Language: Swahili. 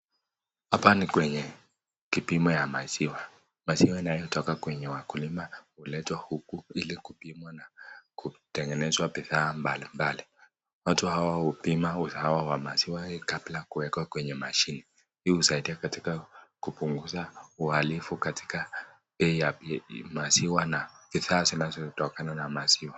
Hapa ni kwenye kipimo ya maziwa. Maziwa inayotoka kwenye wakulima na kuletwa huku ili kupimwa na kutengenezwa bidhaa mbali mbali. Watu hawa hupima uzao wa maziwa kabla kuwekwa kwenye mashini. Hii husaidia katika kupunguza uhalifu katika bei ya maziwa na bidhaa zinazotokana na maziwa.